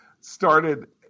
started